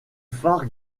phare